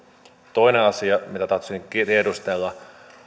toinen asia mitä tahtoisin tiedustella